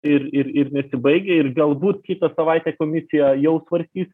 ir ir ir nesibaigia ir galbūt kitą savaitę komisija jau tvarkys